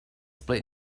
split